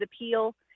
appeal